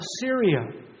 Syria